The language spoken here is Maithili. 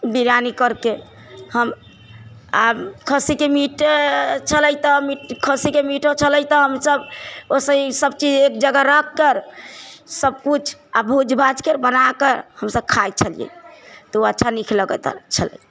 बिरिआनी करके हम आ खस्सीके मीट छलै तऽ मी खस्सीके मीटो छलै तऽ हमसभ ओहिसँ ई सभचीज एक जगह रखकर सभ किछु आ भूज भाजके बनाकऽ हमसभ खाइत छलियै तऽ अच्छा नीक लगैत छलै